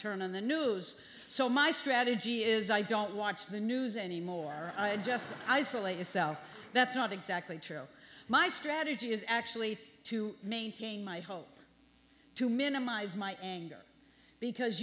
turn on the news so my strategy is i don't watch the news anymore just isolate yourself that's not exactly true my strategy is actually to maintain my hope to minimize my anger because